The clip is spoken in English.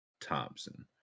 Thompson